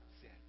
sin